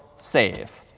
save.